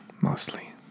mostly